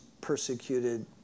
persecuted